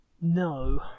No